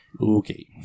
okay